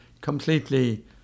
completely